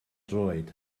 droed